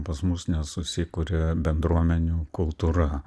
pas mus nesusikuria bendruomenių kultūra